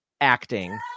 acting